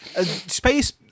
space